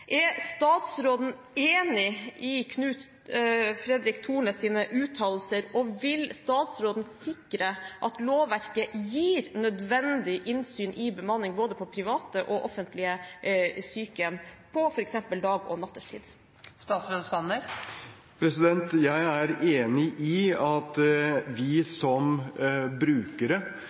Er statsråden enig i Knut Fredrik Thornes uttalelser, og vil statsråden sikre at lovverket gir nødvendig innsyn i bemanning, både på private og offentlige sykehjem, på f.eks. dag- og nattetid? Jeg er enig i at vi som brukere,